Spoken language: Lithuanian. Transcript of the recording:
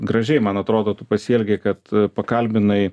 gražiai man atrodo tu pasielgei kad pakalbinai